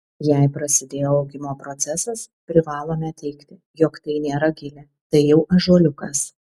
jei prasidėjo augimo procesas privalome teigti jog tai nėra gilė tai jau ąžuoliukas